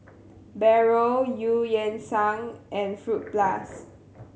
Barrel Eu Yan Sang and Fruit Plus